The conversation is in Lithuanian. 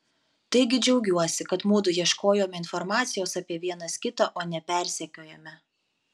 taigi džiaugiuosi kad mudu ieškojome informacijos apie vienas kitą o ne persekiojome